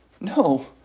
No